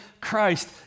Christ